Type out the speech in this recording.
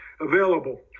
available